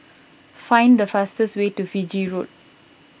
find the fastest way to Fiji Road